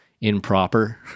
improper